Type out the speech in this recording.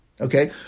Okay